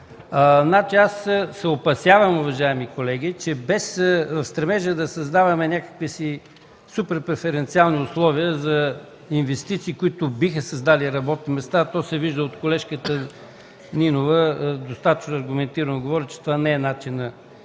Аз се опасявам, уважаеми колеги, че без стремеж да създаваме някакви супер преференциални условия за инвестиции, които биха създали работни места, а колежката Нинова говори достатъчно аргументирано, че това не е начинът